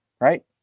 right